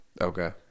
Okay